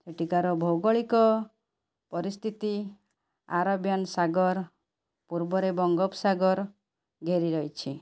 ସେଠିକାର ଭୌଗଳିକ ପରିସ୍ଥିତି ଆରବିଆନ ସାଗର ପୂର୍ବରେ ବଙ୍ଗୋପସାଗର ଘେରି ରହିଛି